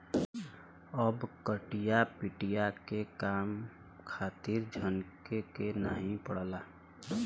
अब कटिया पिटिया के काम खातिर झनके के नाइ पड़ला